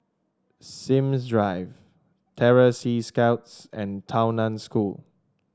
Sims Drive Terror Sea Scouts and Tao Nan School